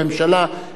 כל הדברים האלה.